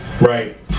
Right